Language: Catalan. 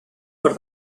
per